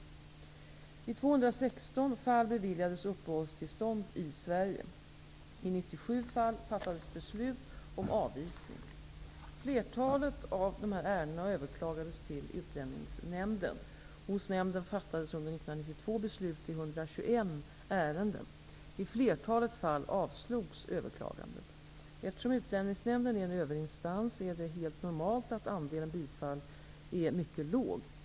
I 216 fall beviljades uppehållstillstånd i 1992 beslut i 121 ärenden. I flertalet fall avslogs överklagandet. Eftersom Utlänningsnämnden är en överinstans är det helt normalt att andelen bifall är mycket liten.